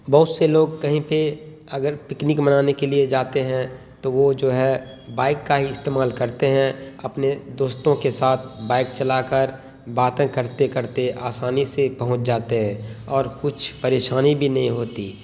بہت سے لوگ کہیں پہ اگر پکنک منانے کے لیے جاتے ہیں تو وہ جو ہے بائک کا ہی استعمال کرتے ہیں اپنے دوستوں کے ساتھ بائک چلا کر باتیں کرتے کرتے آسانی سے پہنچ جاتے ہیں اور کچھ پریشانی بھی نہیں ہوتی